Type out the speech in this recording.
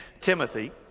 Timothy